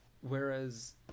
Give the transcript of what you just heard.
Whereas